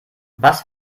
was